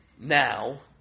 Now